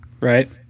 right